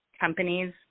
companies